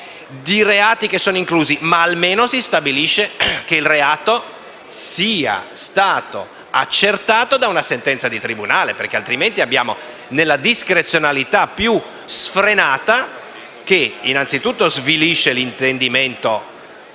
di reati, i quali sono inclusi. Ma almeno si deve stabilire che il reato sia stato accertato da una sentenza di tribunale, per non entrare nella discrezionalità più sfrenata che, innanzitutto, svilisce l'intendimento